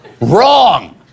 Wrong